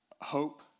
hope